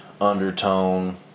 undertone